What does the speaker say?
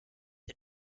had